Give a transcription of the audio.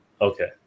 okay